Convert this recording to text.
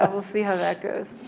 um we'll see how that goes